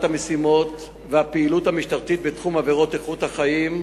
המשימות והפעילות המשטרתית בתחום עבירות איכות החיים,